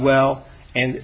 well and